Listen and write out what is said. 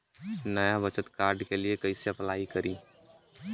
नया बचत कार्ड के लिए कइसे अपलाई करी?